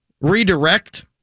redirect